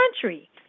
country